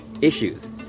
issues